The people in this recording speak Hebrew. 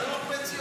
שיעור בציונות.